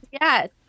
yes